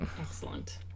Excellent